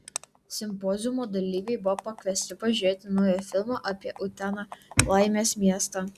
simpoziumo dalyviai buvo pakviesti pažiūrėti naują filmą apie uteną laimės miestą